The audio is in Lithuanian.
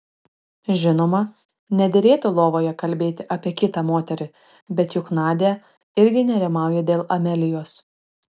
žinoma nederėtų lovoje kalbėti apie kitą moterį bet juk nadia irgi nerimauja dėl amelijos